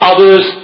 Others